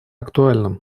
актуальным